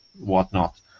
whatnot